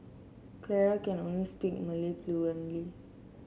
Clara can only speak Malay fluently